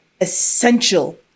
essential